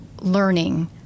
learning